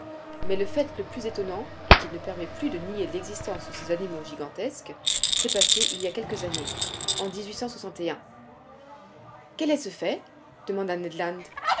mais le fait le plus étonnant et qui ne permet plus de nier l'existence de ces animaux gigantesques s'est passé il y a quelques années en quel est ce fait demanda ned land